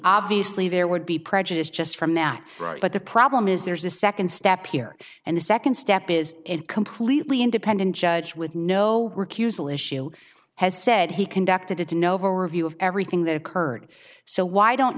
obviously there would be prejudice just from that but the problem is there's a second step here and the second step is it completely independent judge with no work use the issue has said he conducted it to novo review of everything that occurred so why don't